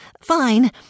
fine